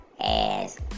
ass